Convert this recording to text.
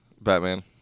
Batman